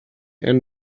and